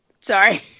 Sorry